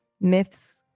Myths